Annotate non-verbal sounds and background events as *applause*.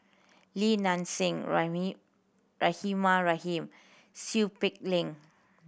Li Nanxing *unintelligible* Rahimah Rahim Seow Peck Leng